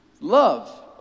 Love